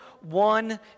one